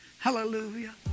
Hallelujah